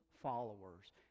followers